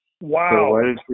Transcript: Wow